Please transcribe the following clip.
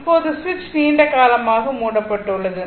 இப்போது சுவிட்ச் நீண்ட காலமாக மூடப்பட்டுள்ளது